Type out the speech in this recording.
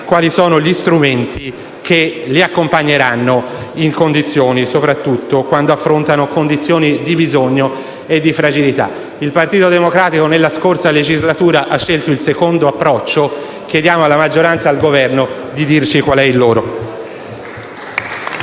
quali sono gli strumenti che li accompagneranno, soprattutto quando si trovano condizioni di bisogno e fragilità. Il Partito Democratico, nella scorsa legislatura, ha scelto il secondo approccio, chiediamo alla maggioranza e al Governo di dirci qual è il loro.